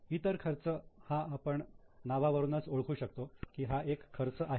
'इतर खर्च' हा आपण नावा वरूनच ओळखू शकतो की हा एक खर्च आहे